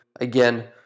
again